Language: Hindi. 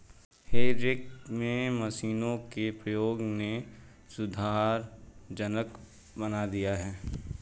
हे रेक में मशीनों के प्रयोग ने सुविधाजनक बना दिया है